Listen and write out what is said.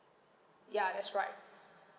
ya that's right